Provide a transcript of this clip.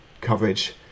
coverage